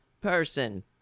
person